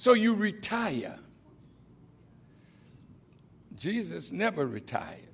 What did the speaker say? so you retire jesus never retire